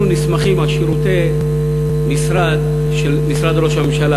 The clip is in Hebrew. אנחנו נסמכים על שירותי משרד של משרד ראש הממשלה,